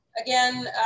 again